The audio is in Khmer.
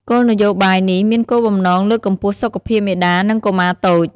គោលនយោបាយនេះមានគោលបំណងលើកកម្ពស់សុខភាពមាតានិងកុមារតូច។